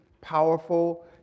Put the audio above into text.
powerful